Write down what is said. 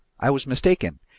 i was mistaken,